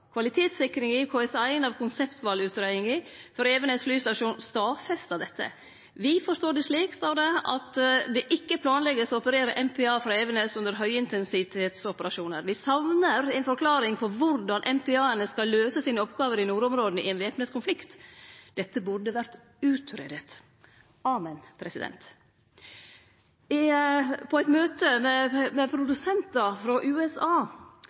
av konseptvalutgreiinga for Evenes flystasjon stadfestar dette. Der står det: «Vi forstår det slik det ikke planlegges å operere MPA fra Evenes under høyintensitetsoperasjoner. Vi savner en forklaring på hvordan MPA-ene skal løse sine oppgaver i nordområdene i en væpnet konflikt. Dette burde vært utredet.» Amen! På eit møte med produsentar frå USA